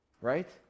Right